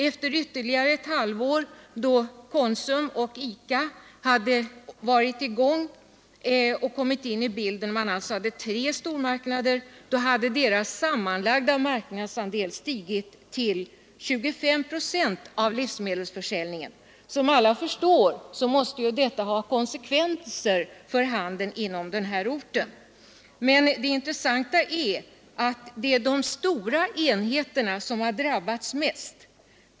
Efter ytterligare ett halvår, då Konsum och ICA hade varit i gång och det alltså fanns tre stormarknader på orten, hade deras sammanlagda marknadsandel stigit till 25 procent av livsmedelsförsäljningen. Som alla förstår, måste detta ha konsekvenser för handeln på orten. Men det intressanta är att det är de stora enheterna som har drabbats mest.